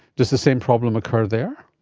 does the same problem occur there?